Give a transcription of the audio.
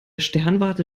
sternwarte